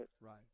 Right